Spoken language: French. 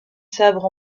sabre